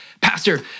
Pastor